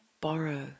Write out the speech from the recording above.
borrow